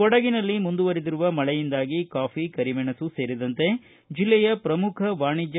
ಕೊಡಗಿನಲ್ಲಿ ಮುಂದುವರೆದಿರುವ ಮಳೆಯಿಂದಾಗಿ ಕಾಫಿ ಕರಿಮೆಣಸು ಸೇರಿದಂತೆ ಜಿಲ್ಲೆಯ ಪ್ರಮುಖ ವಾಣಿಜ್ಯ